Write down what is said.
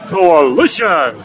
Coalition